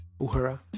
uhura